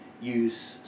use